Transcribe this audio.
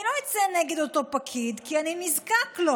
אני לא אצא נגד אותו פקיד, כי אני נזקק לו.